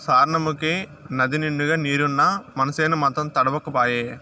సార్నముకే నదినిండుగా నీరున్నా మనసేను మాత్రం తడవక పాయే